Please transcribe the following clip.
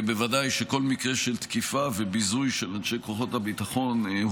ובוודאי שכל מקרה של תקיפה וביזוי של אנשי כוחות הביטחון הוא